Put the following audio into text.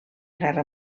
guerra